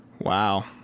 Wow